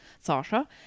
Sasha